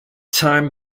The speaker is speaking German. time